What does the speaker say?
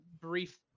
brief